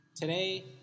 today